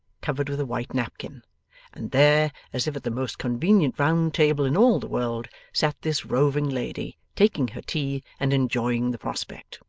covered with a white napkin and there, as if at the most convenient round-table in all the world, sat this roving lady, taking her tea and enjoying the prospect.